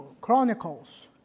Chronicles